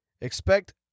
expect